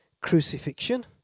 crucifixion